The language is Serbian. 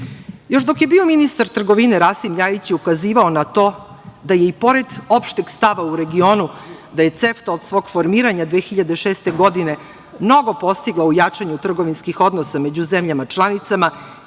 dok je bio ministar trgovine, Rasim Ljajić je ukazivao na to da je, i pored opšteg stava u regionu, CEFTA od svog formiranja 2006. godine mnogo postigla u jačanju trgovinskih odnosa među zemljama članicama,